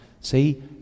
See